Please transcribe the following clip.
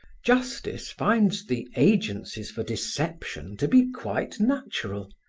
justice finds the agencies for deception to be quite natural.